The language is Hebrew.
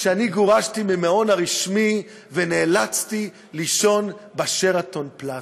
כשאני גורשתי מהמעון הרשמי נאלצתי לישון ב"שרתון פלאזה".